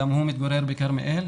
גם הוא מתגורר בכרמיאל,